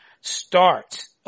starts